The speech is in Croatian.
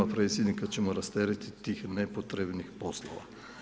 Predsjednika ćemo rasteretiti tih nepotrebnih poslova.